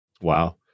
wow